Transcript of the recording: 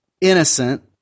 innocent